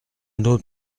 autre